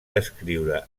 descriure